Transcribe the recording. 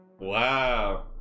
Wow